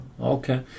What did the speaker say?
okay